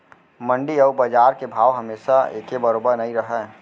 मंडी अउ बजार के भाव हमेसा एके बरोबर नइ रहय